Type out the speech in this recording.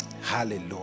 Hallelujah